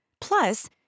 Plus